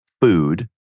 food